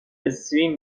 استریم